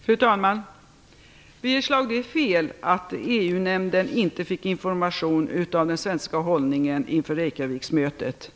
Fru talman! Birger Schlaug, det är fel att EU nämnden inte fick information om den svenska hållningen inför Reykjaviksmötet.